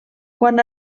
quan